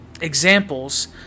examples